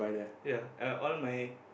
ya uh all my